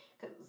cause